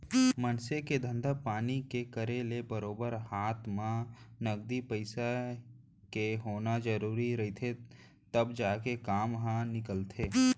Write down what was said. मनसे के धंधा पानी के करे ले बरोबर हात म नगदी पइसा के होना जरुरी रहिथे तब जाके काम ह निकलथे